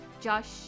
josh